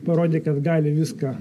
parodė kad gali viską